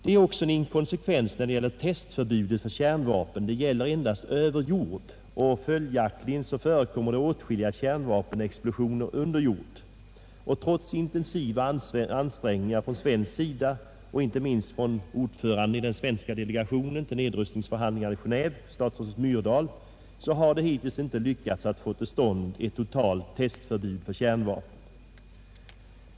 Det är också samma inkonsekvens när det gäller testförbudet för kärnvapen — det gäller endast över jord, och följaktligen förekommer det åtskilliga kärnvapenexplosioner under jord. Trots intensiva ansträngningar från svensk sida och då inte minst från ordföranden i den svenska delegationen vid nedrustningsförhandlingarna i Genéve, statsrådet Myrdal, har det hittills inte varit möjligt att få till stånd ett totalt testförbud för kärnvapen.